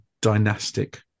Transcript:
dynastic